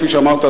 כפי שאמרת,